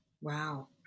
Wow